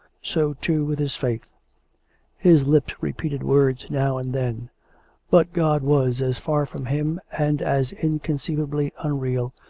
so, too, with his faith his lips repeated words now and then but god was as far from him and as inconceivably unreal,